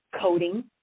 coding